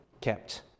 kept